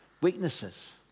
weaknesses